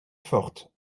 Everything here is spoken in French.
forte